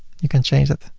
you can change it.